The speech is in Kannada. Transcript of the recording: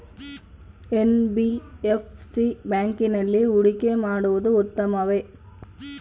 ಎನ್.ಬಿ.ಎಫ್.ಸಿ ಬ್ಯಾಂಕಿನಲ್ಲಿ ಹೂಡಿಕೆ ಮಾಡುವುದು ಉತ್ತಮವೆ?